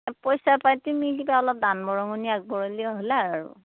পইচা পাতি তুমি কিবা অলপমান দান বৰঙণি আগবঢ়ালিয়ে হ'ল আৰু